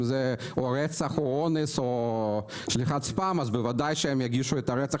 אם זה רצח או אונס או שליחת ספאם בוודאי שהם יגישו על רצח